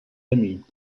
amis